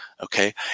Okay